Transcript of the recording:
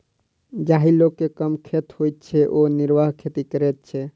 जाहि लोक के कम खेत होइत छै ओ निर्वाह खेती करैत छै